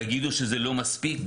תגידו שזה לא מספיק?